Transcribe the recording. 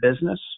business